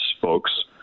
folks